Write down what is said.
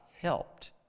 helped